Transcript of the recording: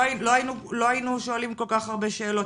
לא היינו שואלים כל כך הרבה שאלות.